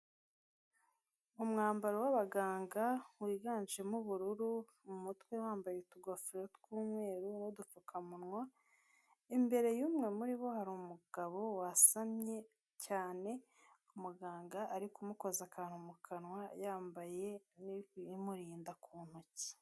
umwambaro w'abaganga wiganjemo ubururu mu mutwe bambaye utugofero tw'umweru n'udupfukamuwa imbere y'umwe muri bo hari umugabo wasanye cyane umuganga ari kumukoza akantu mu kanwa yambaye n'ibimurinda ku ntoki